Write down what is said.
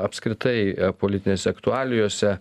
apskritai politinėse aktualijose